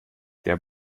der